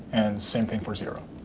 and same thing for zero.